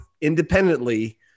independently